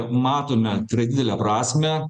matome tikrai didelę prasmę